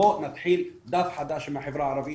בואו נתחיל דף חדש עם החברה הערבית,